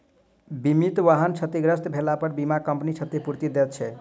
बीमित वाहन क्षतिग्रस्त भेलापर बीमा कम्पनी क्षतिपूर्ति दैत छै